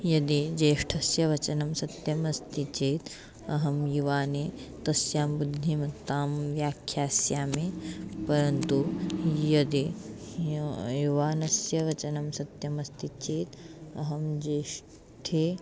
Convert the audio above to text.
यदि ज्येष्ठस्य वचनं सत्यम् अस्ति चेत् अहं युवाने तस्यां बुद्धिमत्तां व्याख्यास्यामि परन्तु यदि युवानस्य वचनं सत्यमस्ति चेत् अहं ज्येष्ठे